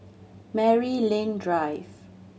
Maryland Drive